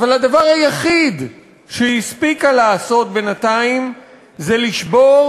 אבל הדבר היחיד שהיא הספיקה לעשות בינתיים זה לשבור